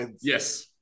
Yes